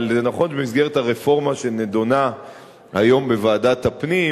אבל נכון שבמסגרת הרפורמה שנדונה היום בוועדת הפנים